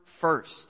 first